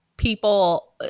People